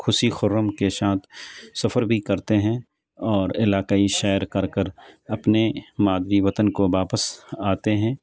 خوشی خرم کے شانتی سفر بھی کرتے ہیں اور علاقائی سیر کر کر اپنے مادر وطن کو واپس آتے ہیں